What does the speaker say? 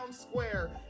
square